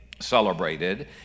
celebrated